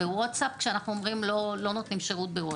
בווטסאפ כשאנחנו אומרים שלא נותנים שירות בווטסאפ.